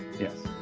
yes.